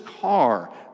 car